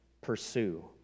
pursue